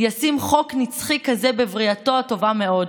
ישים חוק נצחי כזה בבריאתו הטובה מאוד,